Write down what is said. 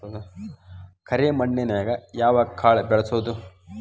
ಕರೆ ಮಣ್ಣನ್ಯಾಗ್ ಯಾವ ಕಾಳ ಬೆಳ್ಸಬೋದು?